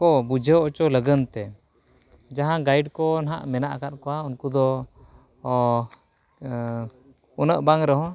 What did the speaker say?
ᱠᱚ ᱵᱩᱡᱷᱟᱹᱣ ᱦᱚᱪᱚ ᱞᱟᱹᱜᱤᱫᱼᱛᱮ ᱡᱟᱦᱟᱸ ᱜᱟᱭᱤᱰ ᱠᱚ ᱱᱟᱦᱟᱜ ᱢᱮᱱᱟᱜ ᱟᱠᱟᱫ ᱠᱚᱣᱟ ᱩᱱᱠᱩ ᱫᱚ ᱩᱱᱟᱹᱜ ᱵᱟᱝ ᱨᱮᱦᱚᱸ